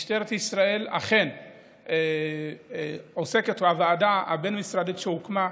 משטרת ישראל אכן עוסקת בוועדה הבין-משרדית שהוקמה,